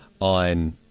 on